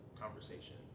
conversation